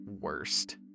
worst